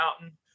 Mountain